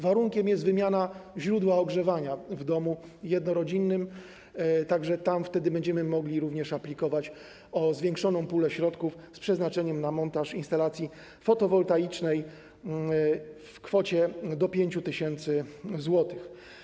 Warunkiem jest wymiana źródła ogrzewania w domu jednorodzinnym, wtedy będziemy mogli również aplikować o zwiększoną pulę środków z przeznaczeniem na montaż instalacji fotowoltaicznej w kwocie do 5 tys. zł.